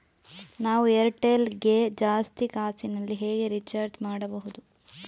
ನಾವು ಏರ್ಟೆಲ್ ಗೆ ಜಾಸ್ತಿ ಕಾಸಿನಲಿ ಹೇಗೆ ರಿಚಾರ್ಜ್ ಮಾಡ್ಬಾಹುದು?